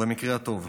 במקרה הטוב.